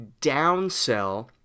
downsell